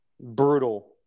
brutal